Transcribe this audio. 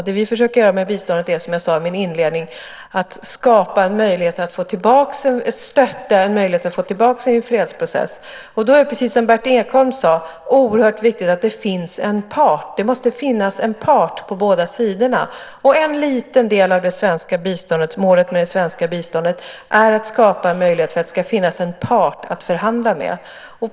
Det vi försöker göra med biståndet är, som jag sade i min inledning, att stötta möjligheter att få tillbaks en fredsprocess. Det är då, precis som Berndt Ekholm sade, oerhört viktigt att det finns en part. Det måste finnas en part på båda sidorna. En liten del av målet med det svenska biståndet är att skapa möjligheter för att det ska finnas en part att förhandla med.